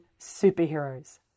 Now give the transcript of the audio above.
Superheroes